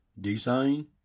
design